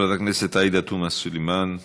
חברת הכנסת עאידה תומא סלימאן,